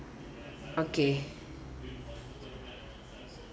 okay